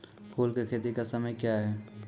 फुल की खेती का समय क्या हैं?